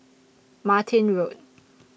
Martin Road